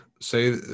say